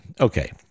Okay